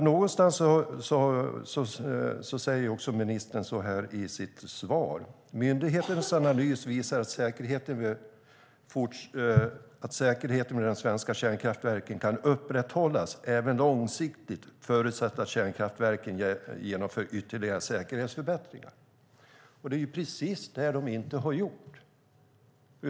Någonstans säger också ministern i sitt svar att "myndighetens analys visar att säkerheten vid de svenska kärnkraftverken kan upprätthållas även långsiktigt förutsatt att kärnkraftverken genomför ytterligare säkerhetsförbättringar". Det är precis det de inte har gjort.